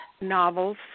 novels